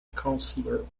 councillor